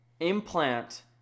implant